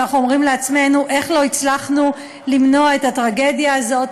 ואנחנו אומרים לעצמנו: איך לא הצלחנו למנוע את הטרגדיה הזאת?